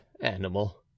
animal